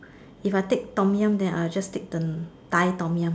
if I take Tom-Yum then I will just take the Thai Tom-Yum